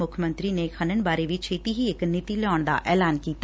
ਮੁੱਖ ਮੰਤਰੀ ਨੇ ਖਨਣ ਬਾਰੇ ਵੀ ਛੇਤੀ ਹੀ ਇਕ ਨੀਤੀ ਲਿਆਉਣ ਦਾ ਐਲਾਨ ਕੀਤਾ